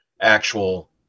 actual